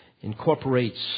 incorporates